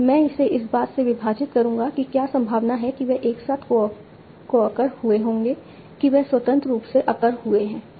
मैं इसे इस बात से विभाजित करूंगा कि क्या संभावना है कि वे एक साथ कोअक्र हुए होंगे कि वे स्वतंत्र रूप से अकर हुए थे